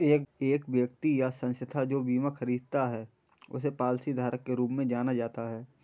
एक व्यक्ति या संस्था जो बीमा खरीदता है उसे पॉलिसीधारक के रूप में जाना जाता है